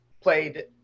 played